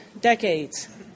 decades